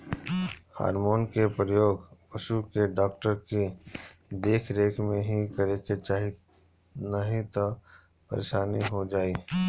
hormone के प्रयोग पशु के डॉक्टर के देख रेख में ही करे के चाही नाही तअ परेशानी हो जाई